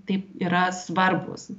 taip yra svarbūs